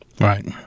Right